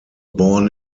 born